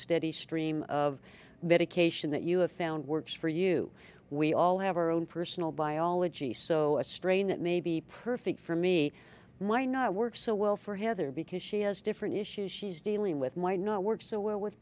steady stream of medication that you have found works for you we all have our own personal biology so a strain that may be perfect for me might not work so well for heather because she has different issues she's dealing with might not work so well with